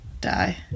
die